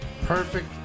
Perfect